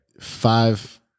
five